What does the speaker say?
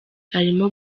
arimo